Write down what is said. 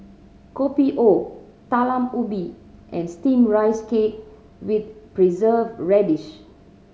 Kopi O Talam Ubi and steam rice cake with Preserved Radish